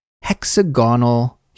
hexagonal